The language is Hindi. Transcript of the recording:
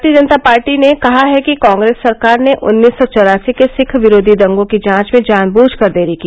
भारतीय जनता पार्टी ने कहा है कि कांग्रेस सरकार ने उन्नीस सौ चौरासी के सिख विरोधी दंगों की जांच में जानबूझकर देरी की